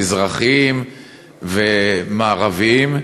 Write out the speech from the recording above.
מזרחים ומערביים,